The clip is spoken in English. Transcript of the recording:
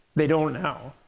they don't now.